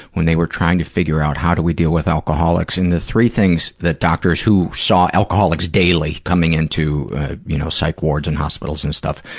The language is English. when they were trying to figure out how do we deal with alcoholics, and the three things that doctors who saw alcoholics daily coming into you know psych wards and hospitals and stuff,